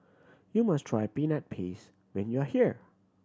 you must try Peanut Paste when you are here